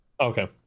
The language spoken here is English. Okay